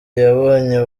yabonye